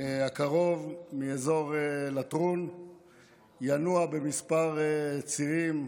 הקרוב מאזור לטרון וינוע בכמה צירים,